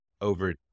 over